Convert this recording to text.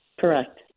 Correct